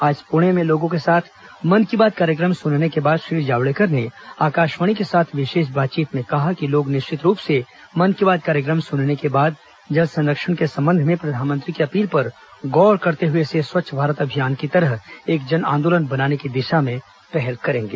आज पुणे में लोगों के साथ मन की बात कार्यक्रम सुनने के बाद श्री जावड़ेकर ने आकाशवाणी के साथ विशेष बातचीत में कहा कि लोग निश्चित रूप से मन की बात कार्यक्रम सुनने के बाद जल संरक्षण के संबंध में प्रधानमंत्री की अपील पर गौर करते हुए इसे स्वच्छ भारत अभियान की तरह एक जनआंदोलन बनाने की दिशा में पहल करेंगे